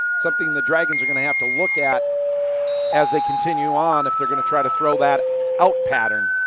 something the dragons are going to have to look at as they continue on if they are going to try and throw that out pattern.